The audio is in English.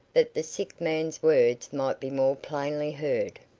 that the sick man's words might be more plainly heard.